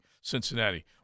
Cincinnati